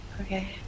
Okay